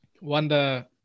Wonder